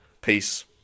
Peace